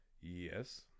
yes